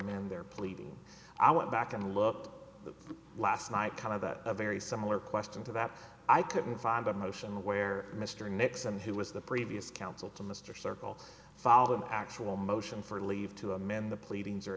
d their pleading i went back and looked last night kind of a very similar question to that i couldn't find a motion where mr nixon who was the previous counsel to mr circle follow an actual motion for leave to amend the pleadings or